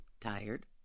tired